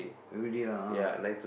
every day lah ah